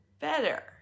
better